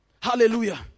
Hallelujah